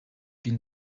bin